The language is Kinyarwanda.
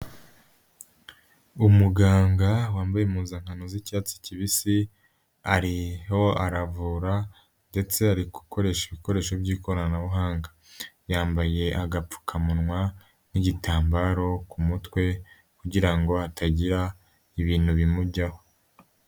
Umuganga wambaye impuzankano z'icyatsi kibisi ariho aravura ndetse ari gukoresha ibikoresho by'ikoranabuhanga, yambaye agapfukamunwa n'igitambaro ku mutwe kugira ngo hatagira ibintu bimujyaho.